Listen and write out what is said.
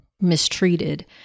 mistreated